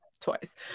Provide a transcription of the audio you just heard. twice